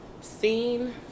seen